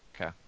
okay